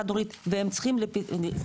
חד-הורית והם צריכים פתרון,